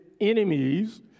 enemies